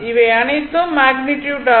இவை அனைத்தும் மேக்னிட்யுட் ஆகும்